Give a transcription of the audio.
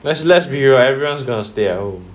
let's let's be real everyone's gonna stay at home